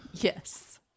Yes